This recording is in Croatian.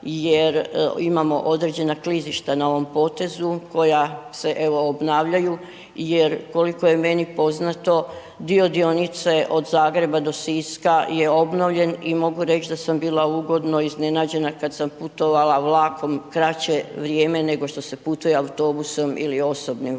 jer imamo određena klizišta na ovom potezu koja se evo obnavljaju jer koliko je meni poznato, dio dionice od Zagreba do Siska je obnovljen i mogu reć da sam bila ugodno iznenađena kad sam putovala vlakom kraće vrijeme nego što se putuje autobusom ili osobnim vozilom.